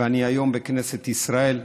ואני היום בכנסת ישראל.